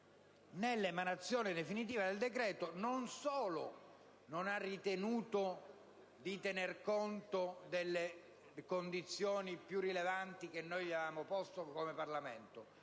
nell'emanazione definitiva del decreto, non solo non ha ritenuto di tener conto delle condizioni più rilevanti che gli avevamo posto come Parlamento,